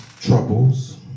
troubles